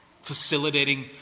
facilitating